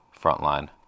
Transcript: Frontline